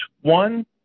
One